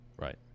Right